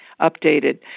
updated